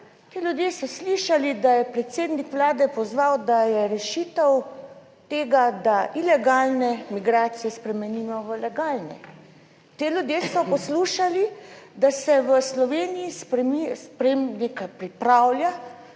ti ljudje so slišali, da je predsednik Vlade pozval, da je rešitev tega, da ilegalne migracije spremenimo v legalni. Ti ljudje so poslušali, da se v Sloveniji nekaj pripravlja.